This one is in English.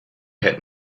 had